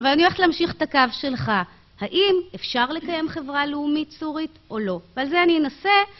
ואני הולכת להמשיך את הקו שלך, האם אפשר לקיים חברה לאומית סורית או לא, ועל זה אני אנסה